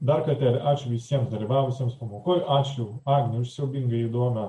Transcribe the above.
dar kartelį ačiū visiems dalyvavusiems pamokoje ačiū agnei už siaubingai įdomią